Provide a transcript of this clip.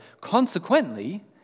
consequently